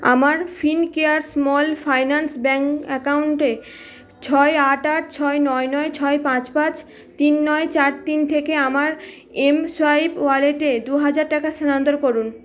আমার Fincare small finance bank অ্যাকাউন্টে ছয় আট আট ছয় নয় নয় ছয় পাঁচ পাঁচ তিন নয় চার তিন থেকে আমার এমসোয়াইপ ওয়ালেটে দুহাজার টাকা স্থানান্তর করুন